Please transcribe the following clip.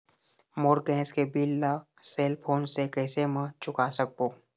मोर gas के bill ला cell phone से कैसे म चुका सकबो?